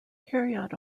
kiryat